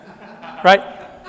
Right